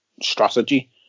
strategy